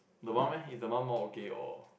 the mum eh is the mum more okay or